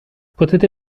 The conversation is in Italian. potete